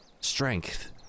strength